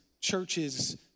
churches